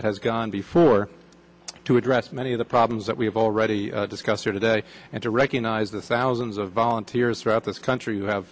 that has gone before to address many of the problems that we have already discussed here today and to recognize the thousands of volunteers throughout this country who have